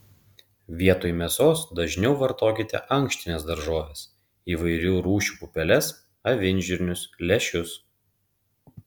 vietoj mėsos dažniau vartokite ankštines daržoves įvairių rūšių pupeles avinžirnius lęšius